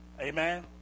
Amen